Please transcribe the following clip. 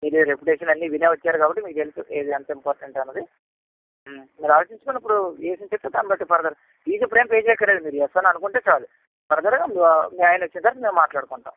మీరు రెప్యుటేషన్ అన్నీ వినే వచ్చారు కాబట్టి మీకు ఎంత ఇంపార్టెంట్ అన్నది మీరు ఆలోచించుకొని ఇప్పుడు ఏ విషయం చెప్తే దాని బట్టి ఫర్దర్ ఫీజు ఇప్పుడేమి పే చేయక్కర్లేదు మీరు యెస్ అని అనుకుంటే చాలు ఫర్దర్ గా మీ ఆయన వచ్చేసరికి మేం మాట్లాడుకుంటాం